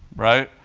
right?